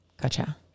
Gotcha